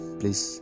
please